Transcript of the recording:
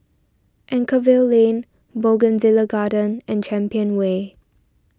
Anchorvale Lane Bougainvillea Garden and Champion Way